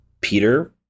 peter